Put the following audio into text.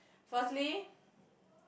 firstly